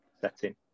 setting